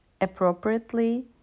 appropriately